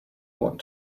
want